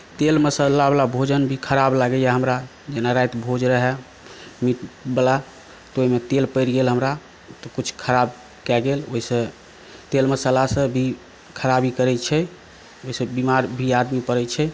तेल मसाला वला भोजन भी खराब लागैए हमरा जेना राति भोज रहै मिट वाला तऽ ओहिमे तेल पड़ि गेल हमरा तऽ किछु खराब कए गेल ओहिसऽ तेल मसाला सभ भी खराबी करै छै जाहि सँ बिमार भी आदमी पड़ै छै